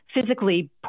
physically